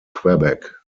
quebec